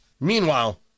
Meanwhile